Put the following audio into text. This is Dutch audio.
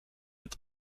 het